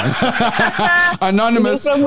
Anonymous